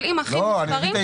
אבל אם אחים נספרים,